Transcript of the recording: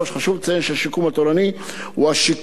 חשוב לציין שהשיקום התורני הוא השיקום